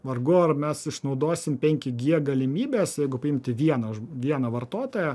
vargu ar mes išnaudosim penki gie galimybes jeigu paimti vieną žm vieną vartotoją